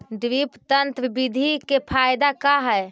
Drip तन्त्र बिधि के फायदा का है?